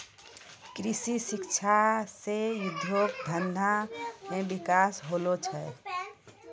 कृषि शिक्षा से उद्योग धंधा मे बिकास होलो छै